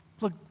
look